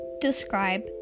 Describe